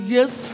Yes